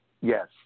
Yes